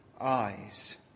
eyes